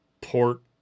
port